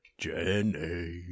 Jenny